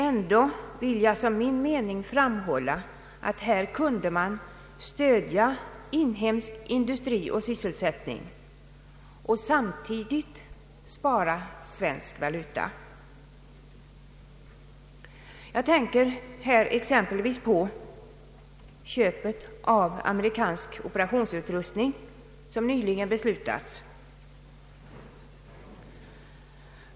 Ändå vill jag som min mening framhålla att man här kunde stödja inhemsk industri och sysselsättning och samtidigt spara svensk valuta. Jag tänker här exempelvis på det köp av amerikansk operationsutrustning som nyligen beslutats.